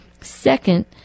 Second